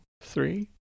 three